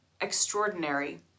extraordinary